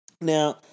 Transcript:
Now